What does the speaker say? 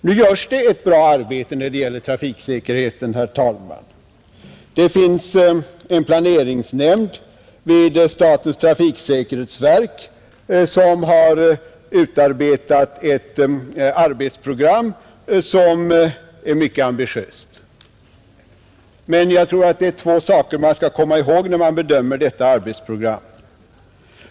Nu görs ett bra arbete när det gäller trafiksäkerheten, herr talman, Det finns en planeringsnämnd vid statens trafiksäkerhetsverk, som har gjort upp ett mycket ambitiöst arbetsprogram, Men jag tror att man skall komma ihåg två saker när man bedömer detta arbetsprogram.